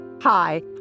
Hi